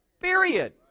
Period